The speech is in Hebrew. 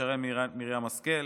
שרן מרים השכל,